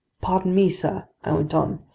pardon me, sir, i went on,